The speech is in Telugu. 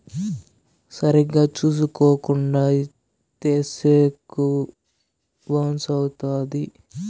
సరిగ్గా చూసుకోకుండా ఇత్తే సెక్కు బౌన్స్ అవుత్తది